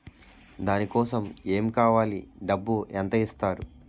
దాని కోసం ఎమ్ కావాలి డబ్బు ఎంత ఇస్తారు?